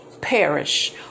perish